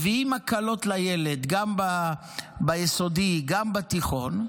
נותנים הקלות לילד גם ביסודי גם בתיכון,